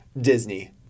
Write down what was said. Disney